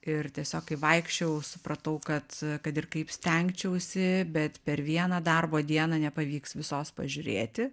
ir tiesiog kai vaikščiojau supratau kad kad ir kaip stengčiausi bet per vieną darbo dieną nepavyks visos pažiūrėti